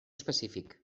específic